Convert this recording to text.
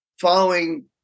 following